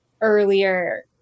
earlier